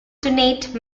donate